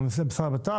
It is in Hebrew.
גם למשרד הבט"פ?